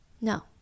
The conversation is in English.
No